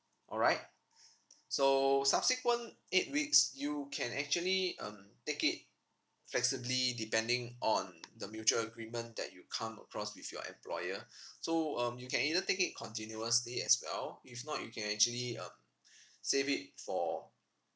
alright so subsequent eight weeks you can actually um take it flexibly depending on the mutual agreement that you come across with your employer so um you can either take it continuously as well if not you can actually um save it for